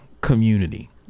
community